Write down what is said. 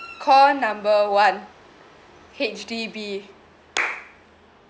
call number one H_D_B